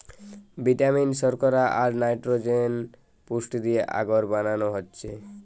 vitamin, শর্করা, আর nitrogen পুষ্টি দিয়ে আগর বানানো হচ্ছে